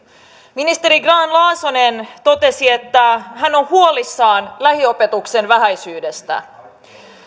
ministeri grahn laasonen totesi että hän on huolissaan lähiopetuksen vähäisyydestä